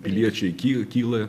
piliečiai ky kyla